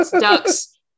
ducks